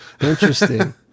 Interesting